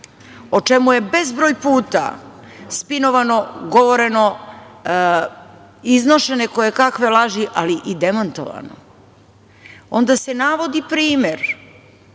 o čemu je bezbroj puta spinovano, govoreno, iznošene kojekakve laži, ali i demantovano. Onda se navodi primer